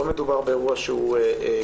לא מדובר באירוע קל.